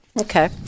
Okay